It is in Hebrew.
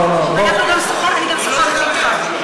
אני גם שוחחתי אתך,